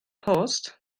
post